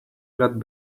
lot